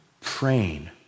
praying